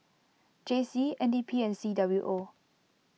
J C N D P and C W O